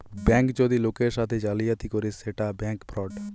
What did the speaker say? bank যদি লোকের সাথে জালিয়াতি করে সেটা ব্যাঙ্ক ফ্রড